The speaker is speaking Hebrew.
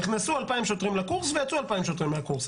נכנסנו 2,000 שוטרים לקורס ויצאו 2,000 שוטרים מהקורס.